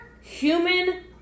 human